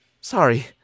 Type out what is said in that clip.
Sorry